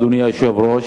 אדוני היושב-ראש,